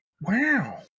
Wow